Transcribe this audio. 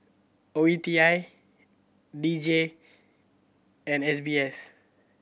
O E T I D J and S B S